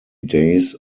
days